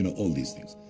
and all these things,